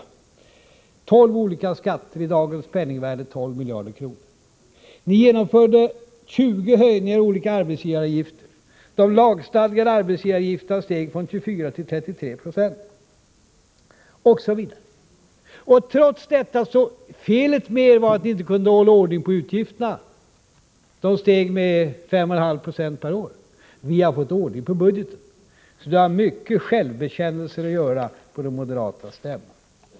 Det gällde 12 olika skatter — i dagens penningvärde 12 miljarder kronor. Ni genomförde 20 höjningar av olika arbetsgivaravgifter. De lagstadgade arbetsgivaravgifterna steg från 24 till 33 26, osv. Och felet med er var att ni trots detta inte kunde hålla ordning på utgifterna — de steg med 5,5 Yo per år. Vi har fått ordning på budgeten. Det finns många självbekännelser att göra på moderaternas stämma.